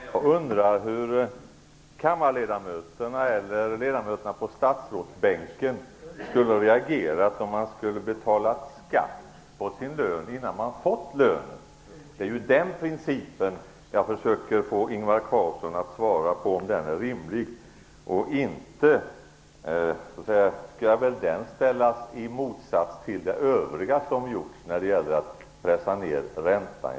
Fru talman! Jag undrar hur kammarledamöterna eller ledamöterna på statsrådsbänken skulle reagera, om de fick betala skatt på lönen innan de fått någon lön. Det är frågan huruvida den principen är rimlig som jag försöker få Ingvar Carlsson att svara på. Den skall inte ställas i motsats till det övriga som gjorts för att pressa ned räntan.